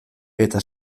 eta